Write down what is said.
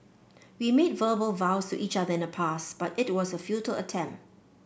we made verbal vows to each other in the past but it was a futile attempt